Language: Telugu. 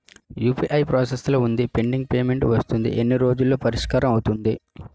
యు.పి.ఐ ప్రాసెస్ లో వుంది పెండింగ్ పే మెంట్ వస్తుంది ఎన్ని రోజుల్లో పరిష్కారం అవుతుంది